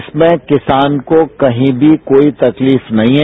इसमें किसान को कहीं भी कोई तकलीफ नहीं है